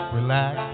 relax